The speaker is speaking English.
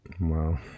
Wow